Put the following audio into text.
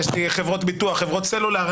יש לי חברות ביטוח, חברות סלולר.